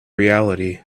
reality